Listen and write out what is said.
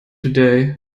today